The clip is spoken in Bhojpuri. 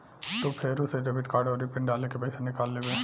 तू फेरू से डेबिट कार्ड आउरी पिन डाल के पइसा निकाल लेबे